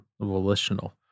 volitional